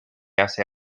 hace